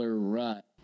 rut